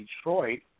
Detroit